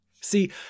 See